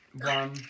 one